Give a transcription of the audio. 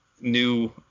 new